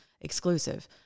exclusive